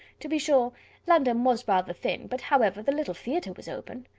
to be sure london was rather thin, but, however, the little theatre was open.